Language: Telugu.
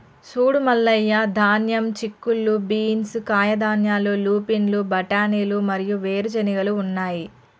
సూడు మల్లయ్య ధాన్యం, చిక్కుళ్ళు బీన్స్, కాయధాన్యాలు, లూపిన్లు, బఠానీలు మరియు వేరు చెనిగెలు ఉన్నాయి